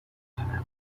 تنوعی